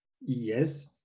yes